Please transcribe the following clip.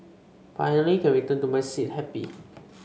finally can return to my seat happy